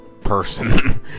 person